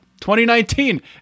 2019